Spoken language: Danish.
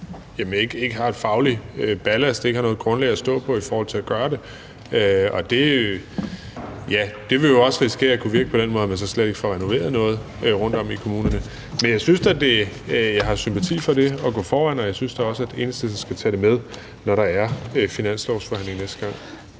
ikke har nogen faglig ballast; ikke har noget grundlag at stå på i forhold til at gøre det. Og ja, det kan vi jo også risikere vil virke på den måde, at man slet ikke får renoveret noget rundtom i kommunerne. Men jeg har da sympati for det at gå foran, og jeg synes da også, at Enhedslisten skal tage det med, når der er finanslovsforhandlinger næste gang.